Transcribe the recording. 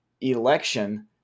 election